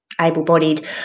able-bodied